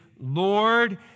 Lord